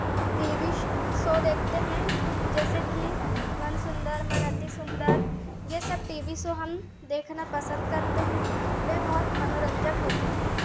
T V show देखते हैं जैसे कि मन सुदंर मन अति सुंदर ये सब टी वी शो हम देखना पसंद करते हैं वह बहुत मनोरंजक होते हैं